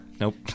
Nope